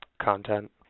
Content